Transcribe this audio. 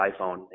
iPhone